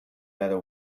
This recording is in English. better